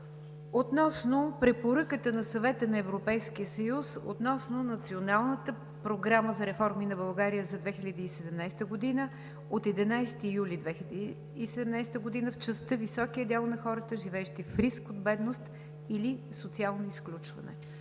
относно препоръката на Съвета на Европейския съюз относно Националната програма за реформи на България за 2017 г. от 11 юли 2017 г. в частта „Висок дял на хората, живеещи в риск от бедност или социално изключване“.